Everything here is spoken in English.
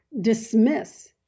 dismiss